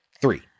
Three